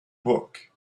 book